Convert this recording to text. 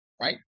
right